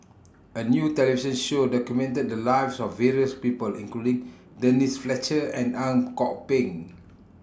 A New television Show documented The Lives of various People including Denise Fletcher and Ang Kok Peng